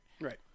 Right